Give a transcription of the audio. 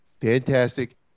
Fantastic